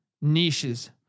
niches